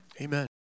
Amen